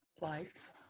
life